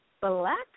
black